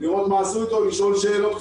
לראות מה עשו איתו ולשאול שאלות תפירה,